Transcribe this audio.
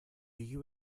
you